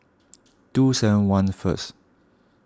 two seven one first